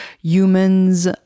humans